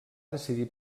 decidir